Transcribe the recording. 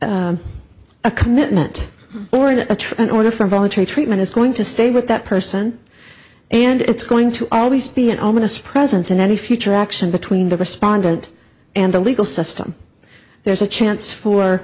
that a commitment or in a true in order for involuntary treatment is going to stay with that person and it's going to always be an ominous presence in any future action between the respondent and the legal system there's a chance for